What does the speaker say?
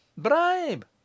Bribe